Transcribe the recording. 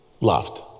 loved